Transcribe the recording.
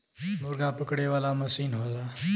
मुरगा पकड़े वाला मसीन होला